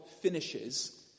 finishes